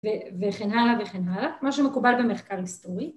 וכן הלאה וכן הלאה, מה שמקובל במחקר היסטורי